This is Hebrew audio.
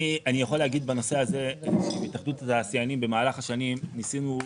אני יכול להגיד בנושא הזה שבהתאחדות התעשיינים במהלך השנים ניסינו.